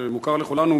שמוכר לכולנו,